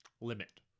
limit